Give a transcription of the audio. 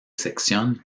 sección